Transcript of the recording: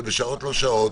בשעות לא שעות,